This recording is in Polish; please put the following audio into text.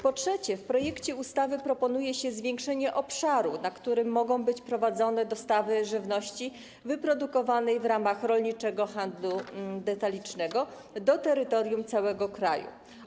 Po trzecie, w projekcie ustawy proponuje się zwiększenie obszaru, na którym mogą być prowadzone dostawy żywności wyprodukowanej w ramach rolniczego handlu detalicznego, do terytorium całego kraju.